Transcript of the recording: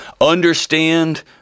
understand